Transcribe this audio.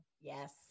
Yes